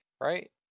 Right